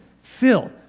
fill